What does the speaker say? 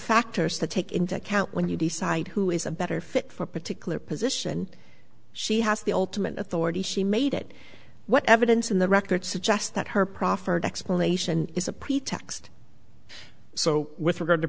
factors to take into account when you decide who is a better fit for a particular position she has the ultimate authority she made it what evidence in the record suggests that her proffered explanation is a pretext so with regard to